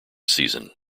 season